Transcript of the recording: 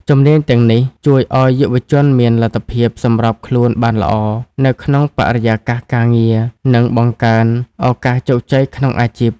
ជំនាញទាំងនេះជួយឱ្យយុវជនមានលទ្ធភាពសម្របខ្លួនបានល្អនៅក្នុងបរិយាកាសការងារ និងបង្កើនឱកាសជោគជ័យក្នុងអាជីព។